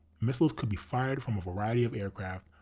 missiles could be fired from a variety of aircraft.